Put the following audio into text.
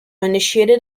initiated